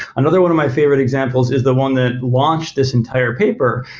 another one of my favorite examples is the one that launched this entire paper,